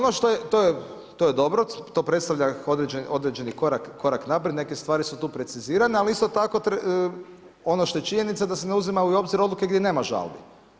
To je dobro, to predstavlja određeni korak naprijed, neke stvari su tu precizirane ali isto tako ono što je činjenica da se ne uzimaju u obzir gdje nema žalbi.